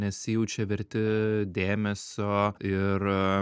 nesijaučia verti dėmesio ir